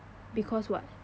because what